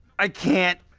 i can't